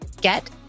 Get